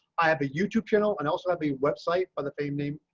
i have a youtube channel and also have a website for the same name.